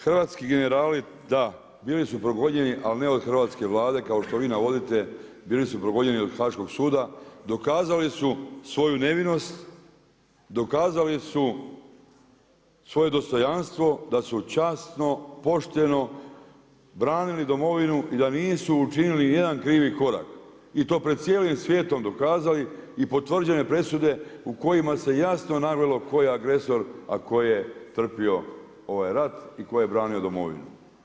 Hrvatski generali da, bili su progonjeni ali ne od hrvatske vlade kao što vi navodite, bili su progonjeni od haaškog suda, dokazali su svoju nevinost, dokazali su svoje dostojanstvo da su časno, pošteno branili domovinu i da nisu učinili nijedan krivi korak i to pred cijelim svijetom dokazali i potvrđene presude u kojima se jasno navelo tko je agresor, a tko je trpio ovaj rat i tko je branio domovinu.